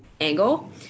angle